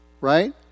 right